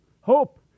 Hope